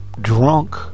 drunk